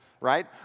right